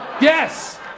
yes